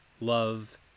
love